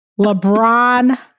LeBron